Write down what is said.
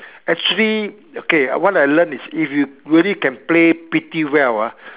actually okay what I learn is if you really can play pretty well ah